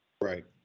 Right